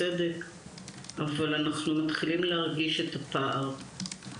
אבל אנחנו מתחילים להרגיש את הפער.